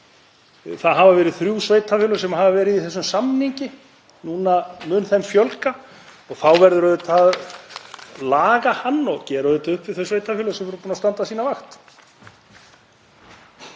Það hafa verið þrjú sveitarfélög sem hafa verið í þessum samningi. Núna mun þeim fjölga og þá verður auðvitað að laga hann og gera upp við þau sveitarfélög sem eru búin að standa sína vakt.